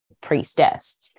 priestess